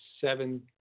seven-